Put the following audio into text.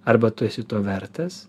arba tu esi to vertas